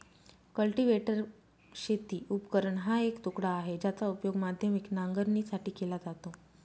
cultivator शेती उपकरण हा एक तुकडा आहे, ज्याचा उपयोग माध्यमिक नांगरणीसाठी केला जातो